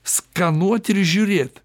skanuot ir žiūrėt